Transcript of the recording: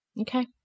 okay